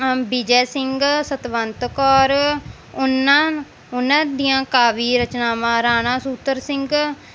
ਵਿਜੇ ਸਿੰਘ ਸਤਵੰਤ ਕੌਰ ਉਹਨਾਂ ਉਹਨਾਂ ਦੀਆਂ ਕਾਵੀ ਰਚਨਾਵਾਂ ਰਾਣਾ ਸੂਤਰ ਸਿੰਘ